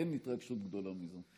אין התרגשות גדולה מזו.